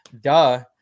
Duh